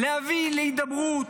להביא להידברות,